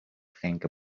think